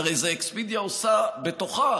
והרי את זה אקספדיה עושה בתוכה.